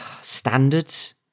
standards